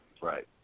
Right